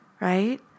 Right